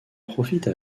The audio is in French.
profite